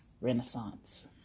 Renaissance